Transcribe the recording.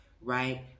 right